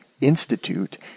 Institute